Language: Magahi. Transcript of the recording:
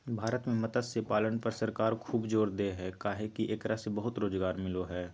भारत में मत्स्य पालन पर सरकार खूब जोर दे हई काहे कि एकरा से बहुत रोज़गार मिलो हई